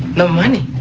no money?